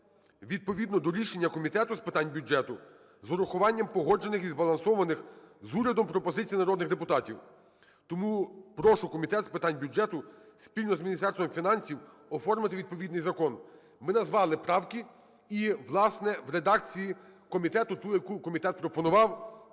відповідно до рішення Комітету з питань бюджету з урахуванням погоджених і збалансованих з урядом пропозицій народних депутатів. Тому прошу Комітет з питань бюджету спільно з Міністерством фінансів оформити відповідний закон. Ми назвали правки і, власне, в редакції, ту, яку комітет пропонував,